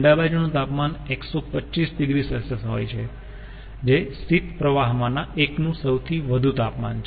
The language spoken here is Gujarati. ઠંડા બાજુનું તાપમાન 125 oC હોય છે જે શીત પ્રવાહમાંના એકનું સૌથી વધુ તાપમાન છે